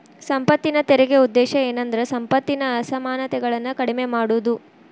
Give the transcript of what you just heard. ಸಂಪತ್ತಿನ ತೆರಿಗೆ ಉದ್ದೇಶ ಏನಂದ್ರ ಸಂಪತ್ತಿನ ಅಸಮಾನತೆಗಳನ್ನ ಕಡಿಮೆ ಮಾಡುದು